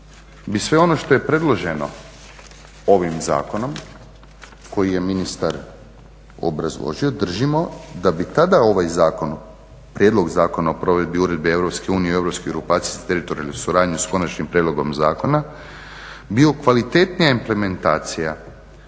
bi sve ono što je predloženo ovim zakonom koji je ministar obrazložio, držimo da bi ovaj zakon Prijedlog zakona o provedbi EU o europskoj grupaciji za teritorijalnu suradnju, s Konačnim prijedlogom zakona bio kvalitetnija implementacija